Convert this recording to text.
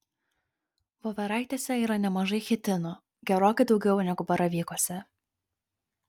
voveraitėse yra nemažai chitino gerokai daugiau negu baravykuose